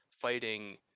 fighting